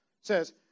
says